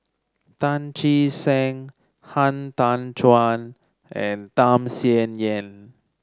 Tan Che Sang Han Tan Juan and Tham Sien Yen